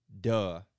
Duh